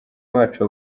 bacu